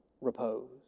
repose